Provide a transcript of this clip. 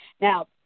Now